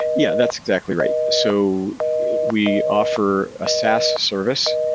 yeah, that's exactly right. so we offer a saas service,